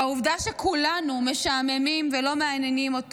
העובדה שכולנו משעממים ולא מעניינים אותו